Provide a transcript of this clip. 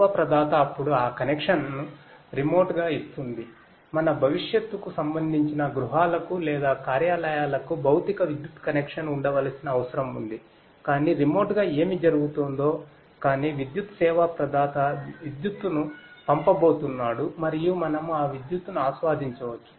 service provider విద్యుత్తును పంపబోతున్నాడు మరియు మనము ఈ విద్యుత్తును ఆస్వాదించవచ్చు